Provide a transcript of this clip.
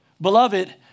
beloved